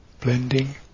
blending